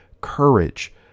Courage